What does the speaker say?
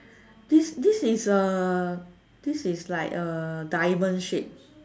this this is uh this is like uh diamond shape